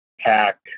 pack